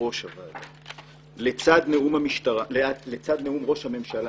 בראש הוועדה, לצד נאום ראש הממשלה